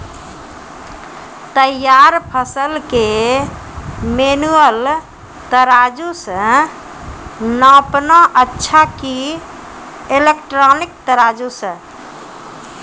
तैयार फसल के मेनुअल तराजु से नापना अच्छा कि इलेक्ट्रॉनिक तराजु से?